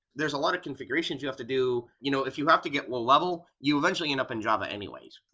there's a lot of configurations you have to do. you know if you have to get one level, you'll eventually end up in java anyways.